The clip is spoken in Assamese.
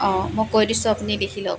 অঁ মই কৈ দিছোঁ আপুনি লিখি লওক